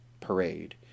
parade